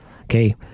Okay